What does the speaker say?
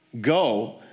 Go